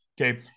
okay